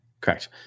correct